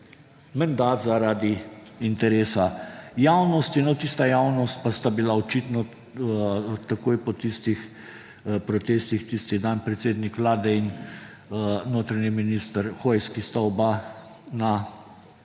menda zaradi interesa javnosti. No, tista javnost pa sta bila očitno takoj po tistih protestih tisti dan predsednik Vlade in notranji minister Hojs, ki sta oba na